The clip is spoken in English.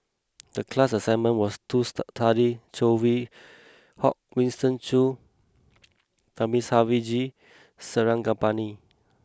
the class assignment was to study Saw Swee Hock Winston Choos Thamizhavel G Sarangapani